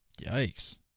Yikes